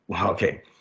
okay